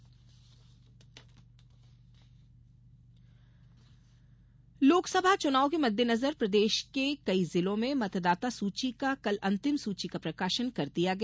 शहडोल मतदाता वृद्धि लोकसभा चुनाव के मद्देनजर प्रदेश के कई जिलों में मतदाता सूची का कल अंतिम सूची का प्रकाशन कर दिया गया